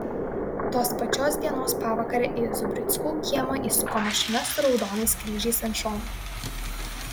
tos pačios dienos pavakare į zubrickų kiemą įsuko mašina su raudonais kryžiais ant šonų